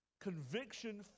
Conviction